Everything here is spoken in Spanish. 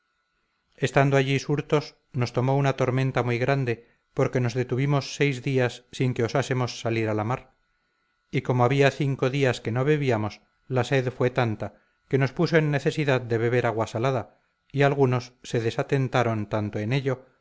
estando allí surtos nos tomó una tormenta muy grande porque nos detuvimos seis días sin que osásemos salir a la mar y como había cinco días que no bebíamos la sed fue tanta que nos puso en necesidad de beber agua salada y algunos se desatentaron tanto en ello